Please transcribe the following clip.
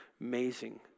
amazing